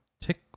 Tick